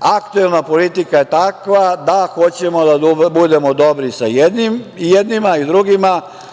Aktuelna politika je takva da hoćemo da budemo dobri sa jednima i drugima.